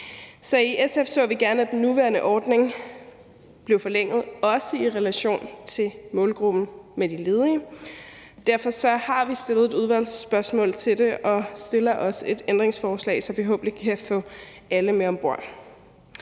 i SF så vi gerne, at den nuværende ordning blev forlænget, også i relation til målgruppen med de ledige. Derfor har vi stillet et udvalgsspørgsmål til det og stiller også et ændringsforslag, så vi forhåbentlig kan få alle med om bord.